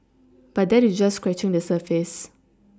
but that is just scratching the surface